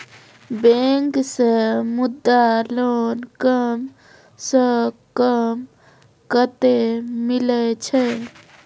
Bank से Mudra loan कम सऽ कम कतैय मिलैय छै?